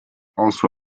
also